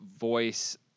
voice